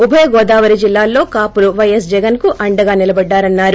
ఉభయ గోదావరి జిల్లాలో కాపులు పైఎస్ జగన్కు అండగా నిలబడ్డారన్నారు